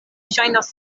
ŝajnas